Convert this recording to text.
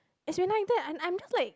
it's been like that and I'm just like